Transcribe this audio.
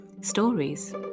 stories